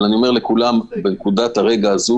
אבל אני אומר לכולם שבנקודה הזאת,